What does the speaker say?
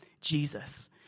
Jesus